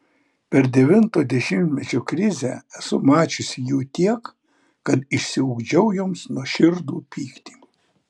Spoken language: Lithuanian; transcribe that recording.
per devinto dešimtmečio krizę esu mačiusi jų tiek kad išsiugdžiau joms nuoširdų pyktį